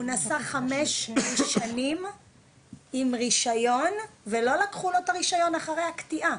הוא נסע חמש שנים עם רישיון ולא לקחו לו את הרישיון אחרי הקטיעה,